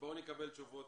נקבל תשובות